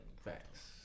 Facts